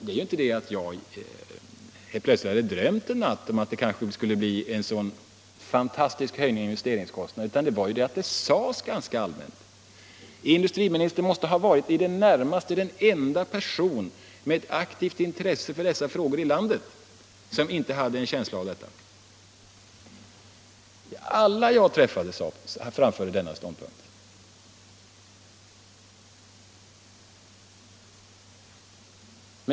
Men jag hade ju inte helt plötsligt drömt en natt att det kanske skulle bli en så fantastisk höjning av investeringskostnaderna, utan det sades ganska allmänt. Industriministern måste ha varit nära nog den enda person i landet med ett aktivt intresse för dessa frågor som inte hade en känsla av detta. Alla jag träffade framförde denna synpunkt.